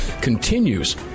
continues